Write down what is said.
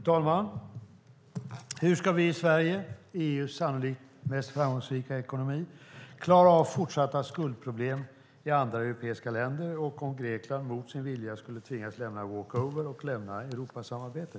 Fru talman! Hur ska vi i Sverige, EU:s sannolikt mest framgångsrika ekonomi, klara av fortsatta skuldproblem i andra europeiska länder och situationen om Grekland mot sin vilja skulle tvingas lämna walk over och lämna eurosamarbetet?